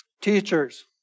Teachers